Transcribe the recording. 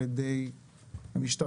על ידי המשטרה,